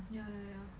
ya ya ya